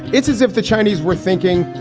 it's as if the chinese were thinking,